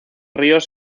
ríos